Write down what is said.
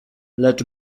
lecz